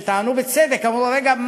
שטענו בצדק ואמרו: רגע,